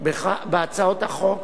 בהצעות החוק,